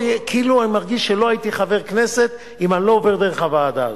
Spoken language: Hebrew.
כאילו אני מרגיש שלא הייתי חבר כנסת אם אני לא עובר דרך הוועדה הזאת.